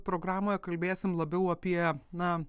programoje kalbėsim labiau apie na